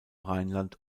rheinland